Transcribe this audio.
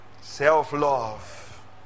Self-love